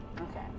Okay